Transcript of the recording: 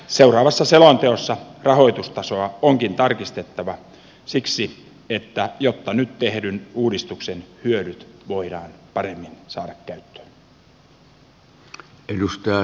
seuraavassa selonteossa rahoitustasoa onkin tarkistettava siksi että nyt tehdyn uudistuksen hyödyt voidaan paremmin saada käyttöön